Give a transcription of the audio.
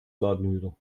ladenhüter